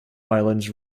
islands